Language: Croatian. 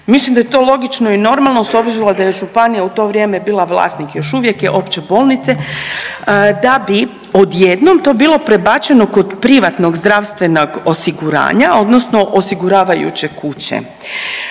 Mislim da je to logično i normalno s obzirom da je županija u to vrijeme bila vlasnik, još uvijek je opće bolnice da bi odjednom to bilo prebačeno kod privatnog zdravstvenog osiguranja odnosno osiguravajuće kuće.